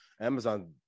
Amazon